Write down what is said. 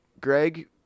Greg